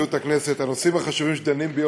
ונשיאות הכנסת: הסעיפים החשובים שדנים בהם